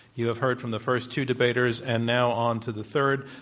you have heard from the first two debaters, and now onto the third.